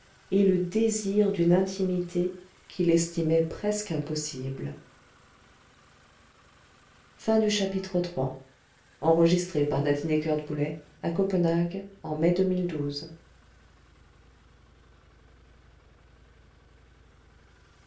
et le désir d'une intimité qu'il estimait presque impossible